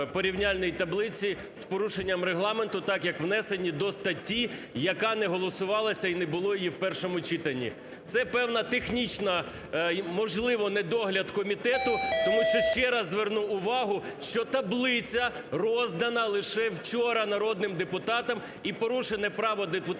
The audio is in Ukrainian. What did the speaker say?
таблиця роздана лише вчора народним депутатам і порушено право депутатів